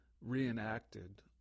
reenacted